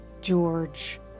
George